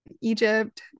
Egypt